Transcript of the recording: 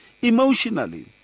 emotionally